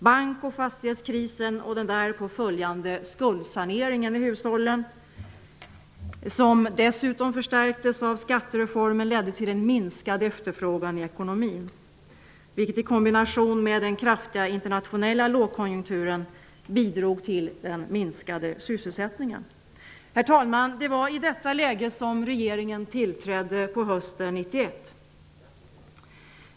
Bank och fastighetskrisen och den därpå följande skuldsaneringen i hushållen, som dessutom förstärktes av skattereformen, ledde till en minskad efterfrågan i ekonomin, vilket i kombination med den kraftig internationella lågkonjunkturen bidrog till den minskade sysselsättningen. Herr talman! Det var i detta läge som regeringen tillträdde på hösten 1991.